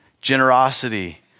generosity